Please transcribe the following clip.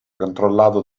controllato